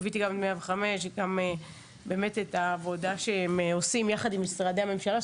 ליוויתי את העבודה שהם עושים יחד עם משרדי הממשלה.